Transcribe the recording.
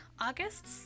August